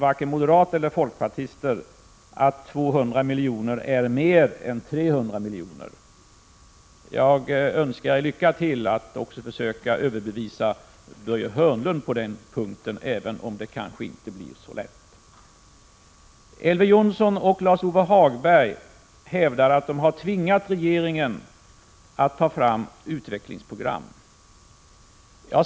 1986/87:128 hävdar längre att 200 milj.kr. är mer än 300 milj.kr. Jag önskar er lycka till 21 maj 1987 med att även försöka överbevisa Börje Hörnlund på den punkten. Men det kanske inte blir så lätt. Elver Jonsson och Lars-Ove Hagberg hävdar att de har tvingat regeringen att ta fram utvecklingsprogram.